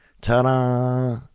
Ta-da